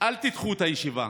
אל תדחו את הישיבה,